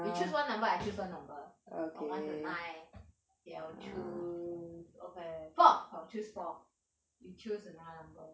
you choose one number I choose one number from one to nine okay I will choose okay four I will choose four you choose another number